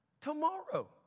tomorrow